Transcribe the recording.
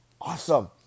awesome